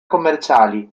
commerciali